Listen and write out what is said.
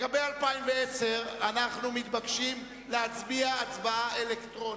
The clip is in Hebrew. לגבי 2010, אנחנו מתבקשים להצביע הצבעה אלקטרונית.